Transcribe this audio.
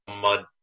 mud